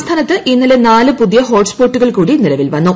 സംസ്ഥാനത്ത് ഇന്നലെ നാല് പുതിയ ഹോട്ട് സ്പോട്ടുകൾ കൂടി നിലവിൽ വന്നു